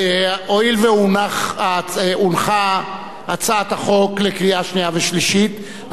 הואיל והונחה הצעת החוק לקריאה שנייה ושלישית,